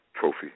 trophy